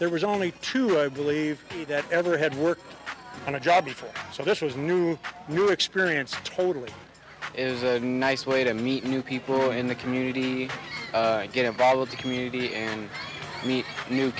there was only two i believe that ever had worked on a job before so this was new new experience totally is a nice way to meet new people in the community and get involved with the community and meet new